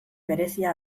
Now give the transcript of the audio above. berezia